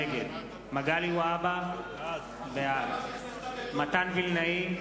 נגד מגלי והבה, בעד מתן וילנאי,